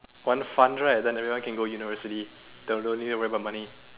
one fund right then everyone can go university then don't need worry about money